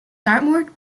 dartmoor